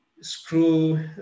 screw